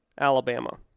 Alabama